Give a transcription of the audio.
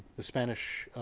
the spanish,